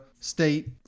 State